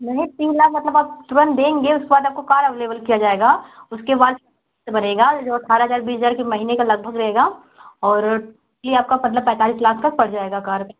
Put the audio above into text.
नहीं तीन लाख आप मतलब तुरंत देंगे उसके बाद आपको कार अवलेवल किया जाएगा उसके बाद तो बनेगा जो अट्ठारह हज़ार बीस हज़ार महीने का लगभाग रहेगा और ये आपकी मतलब पैंतालीस लाख का पड़ जाएगा कार